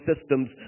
systems